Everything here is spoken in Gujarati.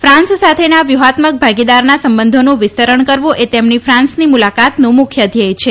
ફાંસ સાથેના વ્યૂહાત્મક ભાગીદારના સંબંધોનું વિસ્તરણ કરવું એ તેમની ફ્રાંસની મુલાકાતનું મુખ્ય ધ્યેય છે